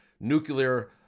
nuclear